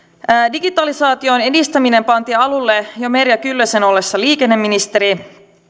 digitalisaation edistäminen pantiin alulle jo merja kyllösen ollessa liikenneministeri